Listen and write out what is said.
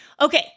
Okay